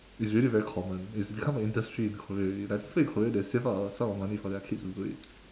it's really very common it's become an industry in korea already like people in korea they save up a sum of money for their kids to do it